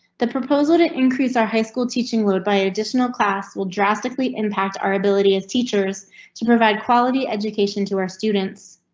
the proposal to increase our high school teaching load by additional class will drastically impact. our ability of teachers to provide quality education to our students.